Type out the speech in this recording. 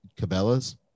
Cabela's